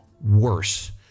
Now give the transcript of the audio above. worse